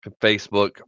Facebook